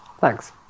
Thanks